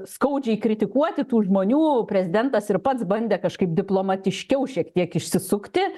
skaudžiai kritikuoti tų žmonių prezidentas ir pats bandė kažkaip diplomatiškiau šiek tiek išsisukti